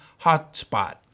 hotspot